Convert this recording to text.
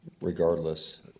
regardless